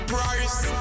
Price